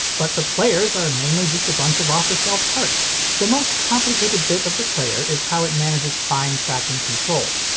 but the players are mainly just a bunch of off-the-shelf parts. the most complicated bit of the player is how it manages fine tracking control.